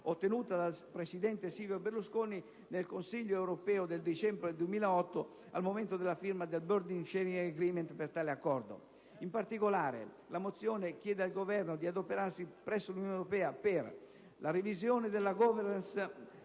ottenuta dal presidente Silvio Berlusconi nel Consiglio europeo del dicembre 2008 al momento della firma del *Burden Sharing Agreement* per tale Accordo. In particolare la mozione chiede al Governo di adoperarsi presso l'Unione europea per la revisione della *governance*